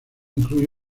incluye